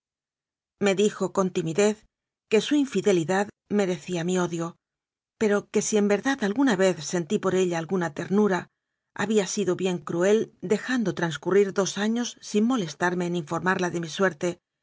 me dijo con timidez que su infidelidad merecía mi odio pero que si en verdad alguna vez sentí por ella alguna ternura había sido bien cruel dejando transcurrir dos años sin molestarme en informarla de mi suerte